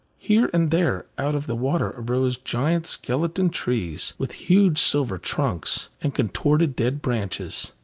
here and there out of the water arose giant skeleton trees, with huge silver trunks and contorted dead branches.